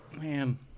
Man